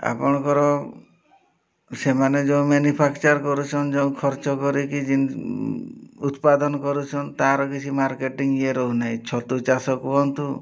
ଆପଣଙ୍କର ସେମାନେ ଯେଉଁ ମାନୁଫ୍ୟାକ୍ଚର୍ କରୁଛନ୍ ଯେଉଁ ଖର୍ଚ୍ଚ କରିକି ଉତ୍ପାଦନ କରୁଛନ୍ ତା'ର କିଛି ମାର୍କେଟିଂ ଇଏ ରହୁ ନାହିଁ ଛତୁ ଚାଷ କୁହନ୍ତୁ